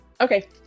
okay